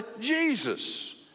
Jesus